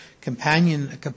companion